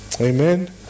Amen